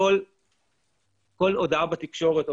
כל הודעה בתקשורת,